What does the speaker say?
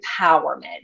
empowerment